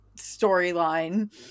storyline